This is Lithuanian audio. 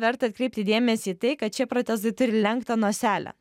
verta atkreipti dėmesį į tai kad šie protezai turi lenktą noselę